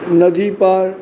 नदी पार